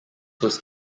was